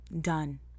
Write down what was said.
done